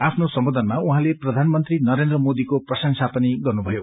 आफ्नो सम्बोधनमा उहाँले प्रधानमंत्री नरेन्द्र मोदीको प्रशंसा पनि गर्नुभयो